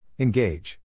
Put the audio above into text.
Engage